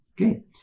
okay